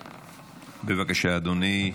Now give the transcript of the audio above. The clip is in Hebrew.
בבקשה, אדוני.